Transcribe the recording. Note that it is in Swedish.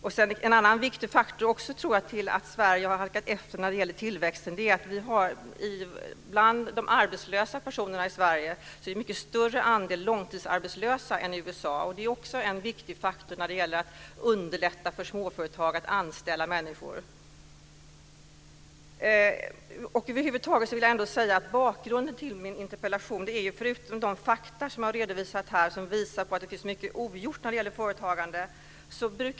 Jag tror att en annan viktig orsak till att Sverige har halkat efter när det gäller tillväxten är att i Sverige en mycket större andel av de arbetslösa är långtidsarbetslösa än i USA. Också det är en viktig faktor när det gäller svårigheterna för småföretagare att anställa människor. De fakta som har redovisats här visar att mycket är ogjort när det gäller företagandet.